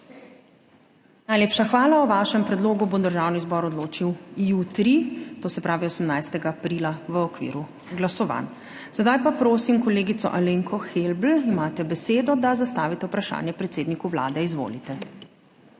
Najlepša hvala. O vašem predlogu bo Državni zbor odločil jutri, to se pravi 18. aprila, v okviru glasovanj. Sedaj pa prosim kolegico Alenko Helbl, imate besedo, da zastavite vprašanje predsedniku Vlade. Izvolite.